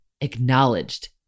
acknowledged